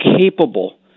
capable